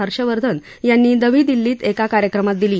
हर्षवर्धन यांनी नवी दिल्लीत एका कार्यक्रमात दिली